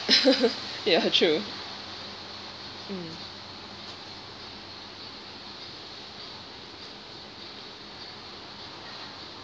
ya true mm